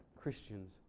Christians